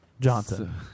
Johnson